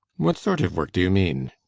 what sort of work do you mean?